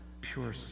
pure